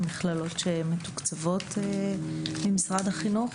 המכללות שמתוקצבות במשרד החינוך.